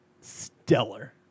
stellar